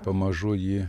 pamažu jį